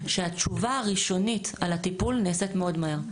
שהתשובה הראשונית על הטיפול נעשית מאוד מהר.